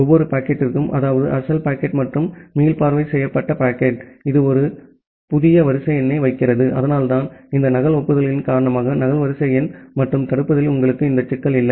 ஒவ்வொரு பாக்கெட்டிற்கும் அதாவது அசல் பாக்கெட் மற்றும் மீள்பார்வை செய்யப்பட்ட பாக்கெட் இது ஒரு புதிய வரிசை எண்ணை வைக்கிறது அதனால்தான் இந்த நகல் ஒப்புதல்களின் காரணமாக நகல் வரிசை எண் மற்றும் தடுப்பதில் உங்களுக்கு இந்த சிக்கல் இல்லை